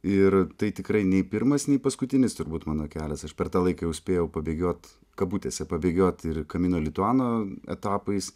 ir tai tikrai nei pirmas nei paskutinis turbūt mano kelias aš per tą laiką jau spėjau pabėgiot kabutėse pabėgiot ir kamino lituano etapais